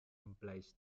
implies